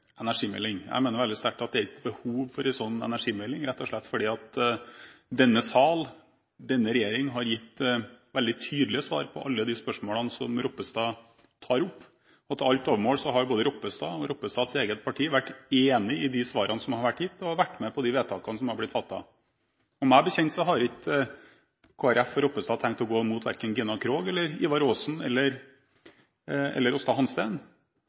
behov for en slik energimelding, rett og slett fordi denne sal og denne regjering har gitt veldig tydelige svar på alle de spørsmålene som representanten Ropstad tar opp. Til alt overmål har både representanten Ropstad og hans eget parti vært enig i de svarene som har vært gitt, og har vært med på de vedtakene som har blitt fattet. Meg bekjent har ikke Kristelig Folkeparti og representanten Ropstad tenkt å gå imot verken Gina Krog, Ivar Aasen eller